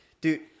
dude